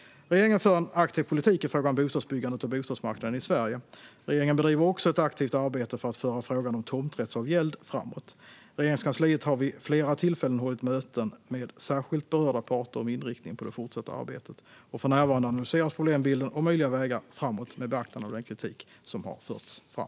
Regeringen för en aktiv politik i fråga om bostadsbyggandet och bostadsmarknaden i Sverige. Regeringen bedriver också ett aktivt arbete för att föra frågan om tomträttsavgäld framåt. Regeringskansliet har vid flera tillfällen hållit möten med särskilt berörda parter om inriktningen på det fortsatta arbetet. För närvarande analyseras problembilden och möjliga vägar framåt med beaktande av den kritik som har förts fram.